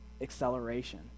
acceleration